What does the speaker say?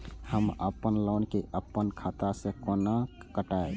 हम अपन लोन के अपन खाता से केना कटायब?